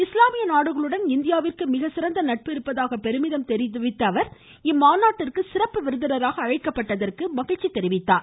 இஸ்லாமிய நாடுகளுடன் இந்தியாவிற்கு மிகச்சிறந்த நட்பு இருப்பதாக பெருமிதம் தெரிவித்த அவர் இம்மாநாட்டிற்கு சிறப்பு விருந்தினராக அழைக்கப்பட்டதற்கு மகிழ்ச்சி தெரிவித்தார்